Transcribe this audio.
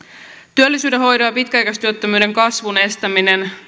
työllisyyden hoidon ja pitkäaikaistyöttömyyden kasvun estämisen